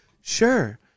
Sure